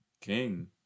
King